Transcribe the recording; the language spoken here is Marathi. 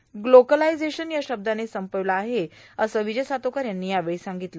ग्लोकलायजेशन या शब्दाने संर्पावला आहे असं र्विजय सातोकर यांनी यावेळी सांगगतलं